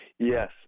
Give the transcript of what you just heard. Yes